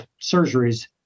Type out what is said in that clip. surgeries